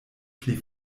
pli